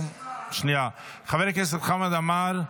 חבר הכנסת חמד עמאר,